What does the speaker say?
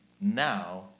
now